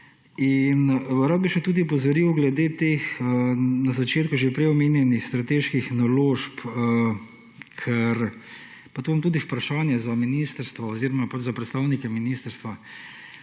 Rad bi še tudi opozoril glede teh na začetku že prej omenjenih strateških naložb, ker, pa to imam tudi vprašanje za ministrstvo oziroma za predstavnike ministrstva,